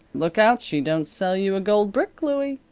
look out she don't sell you a gold brick, louie.